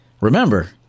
Remember